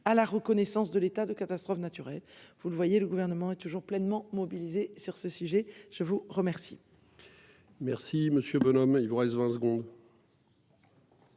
à la reconnaissance de l'état de catastrophe naturelle. Vous le voyez, le gouvernement est toujours pleinement mobilisés sur ce sujet, je vous remercie.